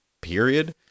period